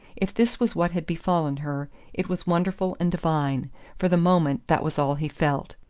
if this was what had befallen her it was wonderful and divine for the moment that was all he felt.